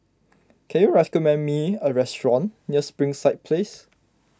can you res commend me a restaurant near Springside Place